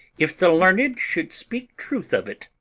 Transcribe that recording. if the learned should speak truth of it.